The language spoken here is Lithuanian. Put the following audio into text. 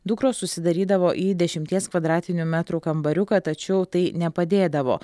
dukros užsidarydavo į dešimties kvadratinių metrų kambariuką tačiau tai nepadėdavo